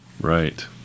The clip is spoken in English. Right